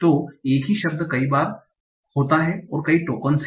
तो एक ही शब्द कई बार होता है कई टोकनस हैं